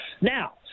now